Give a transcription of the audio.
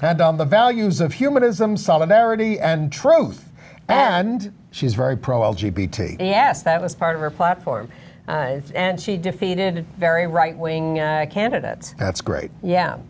and on the values of humanism solidarity and truth and she's very pro a bt yes that was part of her platform and she defeated very right wing candidates that's great yeah